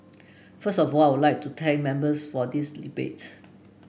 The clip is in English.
first of all I would like to thank Members for this debate